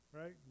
right